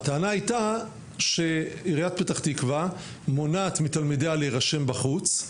הטענה היתה שעיריית פ"ת מונעת מתלמידיה להרשם בחוץ,